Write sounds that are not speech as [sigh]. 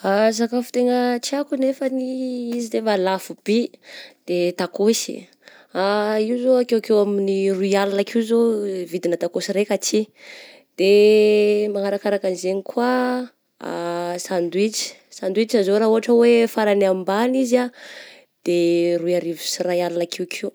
Ah sakafo tegna tiako nefany izy izay lafo by, de takôsy, [hesitation] io zao akeokeo amin'ny roy aligna akeo zao vidina takôsy raika aty, de manarakaraka zegny koa [hesitation] sandwich, sandwich zao raha ohatra hoe farany ambany izy ah de roiarivo sy iray aligna akeokeo.